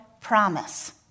promise